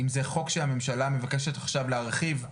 אם זה חוק שהממשלה מבקשת עכשיו להרחיב,